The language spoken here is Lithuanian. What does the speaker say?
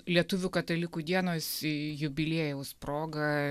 lietuvių katalikų dienos jubiliejaus proga